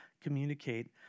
communicate